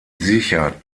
sichert